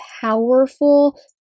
powerful